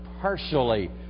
partially